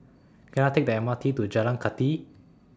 Can I Take The M R T to Jalan Kathi